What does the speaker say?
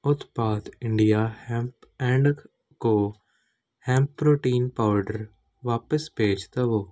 ਉਤਪਾਦ India hemp and co hemp protein powder ਵਾਪਸ ਭੇਜ ਦੇਵੋ